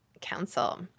Council